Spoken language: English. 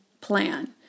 Plan